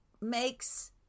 makes